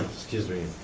excuse me,